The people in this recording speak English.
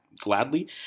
gladly